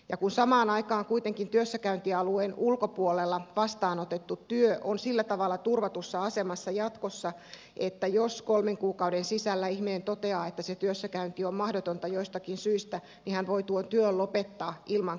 ja samaan aikaan kuitenkin työssäkäyntialueen ulkopuolella vastaanotettu työ on sillä tavalla turvatussa asemassa jatkossa että jos kolmen kuukauden sisällä ihminen toteaa että se työssäkäynti on mahdotonta joistakin syistä niin hän voi tuon työn lopettaa ilman karenssiseuraamuksia